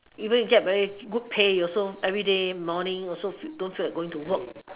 even you get very good pay you also everyday morning also don't feel like going to work